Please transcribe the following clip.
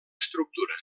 estructura